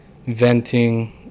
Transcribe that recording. venting